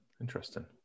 interesting